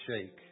shake